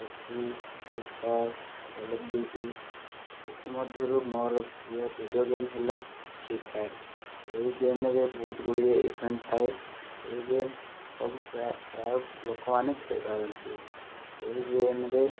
PUBG free fire call of duty ମଧ୍ୟରୁ ମୋର ପ୍ରିୟ ଭିଡିଓ ଗେମ୍ ହେଲା ଫ୍ରିଫାୟାର ଏହି ଗେମ୍ରେ ବହୁତ ଗୁଡ଼ିଏ ଇଭେଣ୍ଟ ଥାଏ ଏହି ଗେମ୍ ସବୁ ପ୍ରାୟ ପ୍ରାୟ ଲୋକମାନେ ଖେଳିପାରନ୍ତି ଏହି ଗେମ୍ରେ